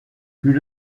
plus